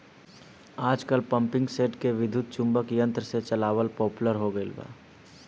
आजकल पम्पींगसेट के विद्युत्चुम्बकत्व यंत्र से चलावल पॉपुलर हो गईल बा